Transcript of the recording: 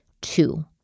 two